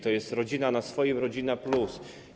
To jest rodzina na swoim, rodzina+.